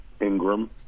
Ingram